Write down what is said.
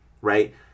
right